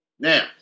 Now